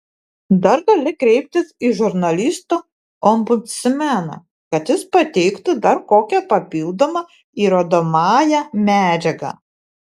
dar gali kreiptis į žurnalistų ombudsmeną kad jis pateiktų dar kokią papildomą įrodomąją medžiagą